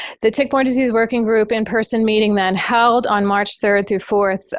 the tick-borne disease working group in-person meeting then held on march third through fourth,